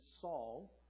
Saul